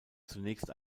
zunächst